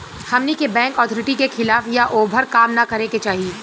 हमनी के bank authority के खिलाफ या ओभर काम न करे के चाही